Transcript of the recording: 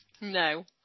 No